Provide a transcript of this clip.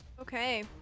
Okay